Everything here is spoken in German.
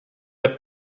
der